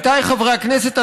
עמיתיי חברי הכנסת,